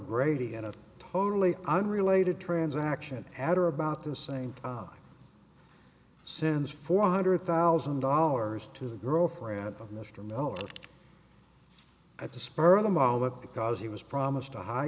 o'grady in a totally unrelated transaction after about the same time sends four hundred thousand dollars to the girlfriend of mr noel at the spur of the moment because he was promised a high